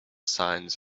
signs